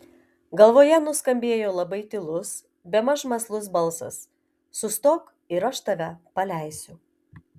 galvoje nuskambėjo labai tylus bemaž mąslus balsas sustok ir aš tave paleisiu